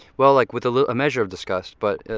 well, like, with a measure of disgust. but.